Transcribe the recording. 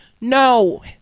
no